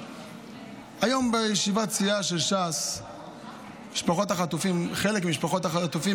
היום בישיבת הסיעה של ש"ס הגיעו אלינו חלק ממשפחות החטופים,